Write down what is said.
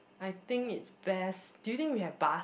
I think it's best do you think we have bus